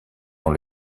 dans